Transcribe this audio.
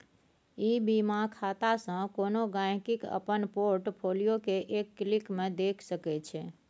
ई बीमा खातासँ कोनो गांहिकी अपन पोर्ट फोलियो केँ एक क्लिक मे देखि सकै छै